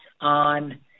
on